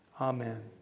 Amen